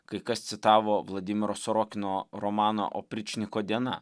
kai kas citavo vladimiro sorokino romaną opričniko diena